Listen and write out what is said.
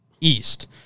East